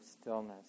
stillness